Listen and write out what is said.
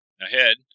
Ahead